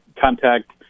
contact